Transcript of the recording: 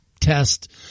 test